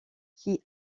qui